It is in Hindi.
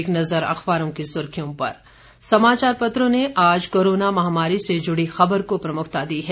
एक नज़र अखबारों की सुर्खियों पर समाचार पत्रों ने आज कोरोना महामारी से जुड़ी खबर को प्रमुखता दी है